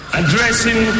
addressing